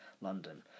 London